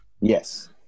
Yes